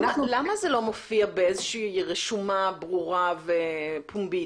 למה זה לא מופיע ברשומה ברורה ופומבית?